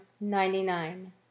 ninety-nine